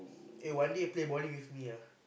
eh one day play bowling with me ah